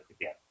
again